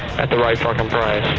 at the right f like and price.